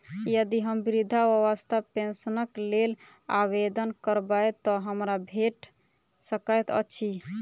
यदि हम वृद्धावस्था पेंशनक लेल आवेदन करबै तऽ हमरा भेट सकैत अछि?